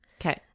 okay